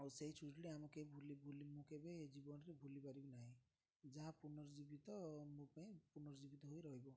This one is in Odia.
ଆଉ ସେଇ ଛୁଟିଟି ଆମ କେହି ଭୁଲି ମୁଁ କେବେ ଜୀବନରେ ଭୁଲି ପାରିବି ନାହିଁ ଯାହା ପୁନଃଜୀବିତ ମୋ ପାଇଁ ପୁନଃଜୀବିତ ହୋଇ ରହିବ